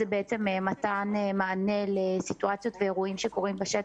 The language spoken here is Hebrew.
מתן מענה לסיטואציות ואירועים שקורים בשטח,